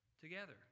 together